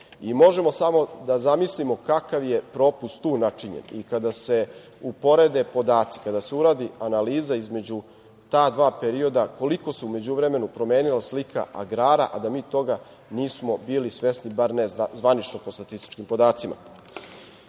Možemo samo da zamislimo kakav je propust tu načinjen i kada se uporede podaci i kada se uradi analiza između ta dva perioda koliko su u međuvremenu promenila slika agrara, a da mi toga nismo bili svesni, bar ne zvanično po statističkim